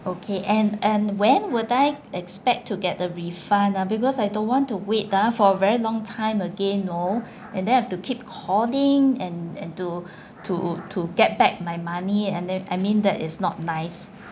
okay and and when will I expect to get the refund ah because I don't want to wait ah for very long time again you know and then have to keep calling and and to to to get back my money and then I mean that is not nice